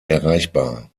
erreichbar